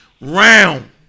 round